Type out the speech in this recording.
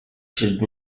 should